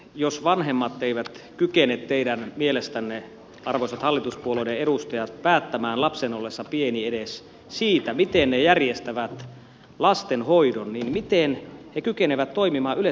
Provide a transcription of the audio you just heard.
jos vanhemmat eivät kykene teidän mielestänne arvoisat hallituspuolueiden edustajat päättämään lapsen ollessa pieni edes siitä miten he järjestävät lastenhoidon niin miten he kykenevät toimimaan yleensäkään vanhempina